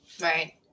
Right